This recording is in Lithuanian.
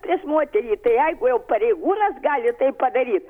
prieš moterį tai jeigu jau pareigūnas gali taip padaryt